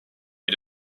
une